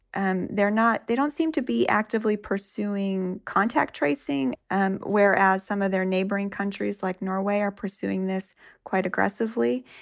and they're not they don't seem to be actively pursuing contact tracing, and whereas some of their neighboring countries like norway, are pursuing this quite aggressively.